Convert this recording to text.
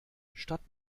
statt